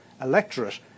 electorate